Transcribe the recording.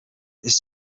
his